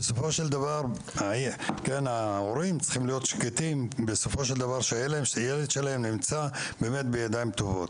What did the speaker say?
בסופו של דבר ההורים צריכים להיות שקטים שהילד שלהם נמצא בידיים טובות.